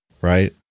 right